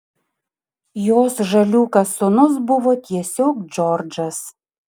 jos žaliūkas sūnus buvo tiesiog džordžas